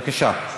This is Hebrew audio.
בבקשה.